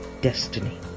destiny